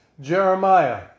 Jeremiah